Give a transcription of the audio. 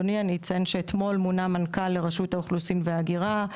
אני אציין שאתמול מונה מנכ"ל לרשות האוכלוסין וההגירה,